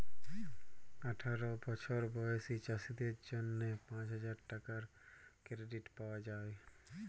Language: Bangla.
আঠার বসর বয়েসী চাষীদের জ্যনহে পাঁচ হাজার টাকার কেরডিট পাউয়া যায়